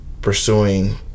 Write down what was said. pursuing